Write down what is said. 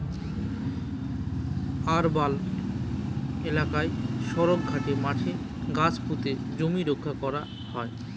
urban এলাকায় সড়ক, ঘাটে, মাঠে গাছ পুঁতে জমি রক্ষা করা হয়